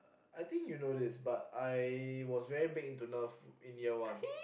I think you know this but I was very big into Ner in year one